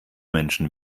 menschen